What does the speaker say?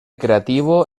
creativo